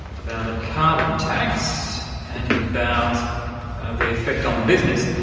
about a carbon tax and about the effect on business.